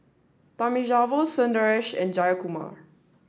Thamizhavel Sundaresh and Jayakumar